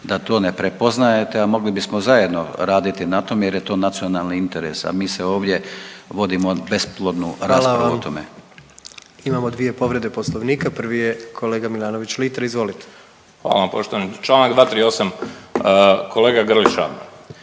da to ne prepoznajete, a mogli bismo zajedno raditi na tome jer je to nacionalni interes, a mi se ovdje vodimo besplodnu raspravu o tome. **Jandroković, Gordan (HDZ)** Hvala vam. Imamo dvije povrede Poslovnika, prvi je kolega Milanović Litre, izvolite. **Milanović Litre, Marko